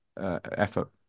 effort